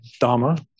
Dharma